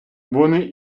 вони